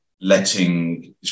letting –